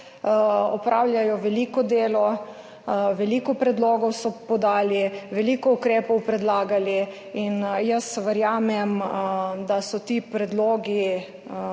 opravljajo veliko delo, veliko predlogov so podali, veliko ukrepov predlagali. Verjamem, da so ti predlogi